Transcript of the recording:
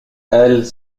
elles